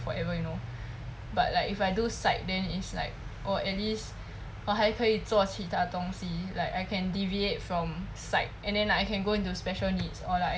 forever you know but like if I do psych then is like or at least 我还可以做其他东西 like I can deviate from psych and then I can go into special needs or like